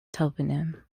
toponym